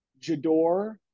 Jador